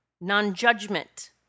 non-judgment